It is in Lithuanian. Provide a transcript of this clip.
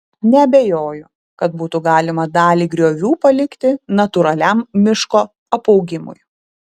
neabejoju kad būtų galima dalį griovių palikti natūraliam miško apaugimui